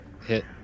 hit